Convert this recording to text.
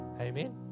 Amen